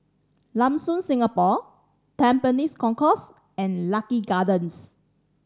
Lam Soon Singapore Tampines Concourse and Lucky Gardens